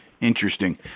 Interesting